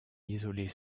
isolées